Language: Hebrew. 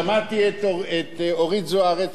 שמעתי את אורית זוארץ,